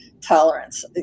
tolerance